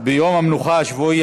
ביום המנוחה השבועי,